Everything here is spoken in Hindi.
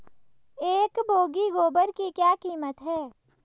एक बोगी गोबर की क्या कीमत है?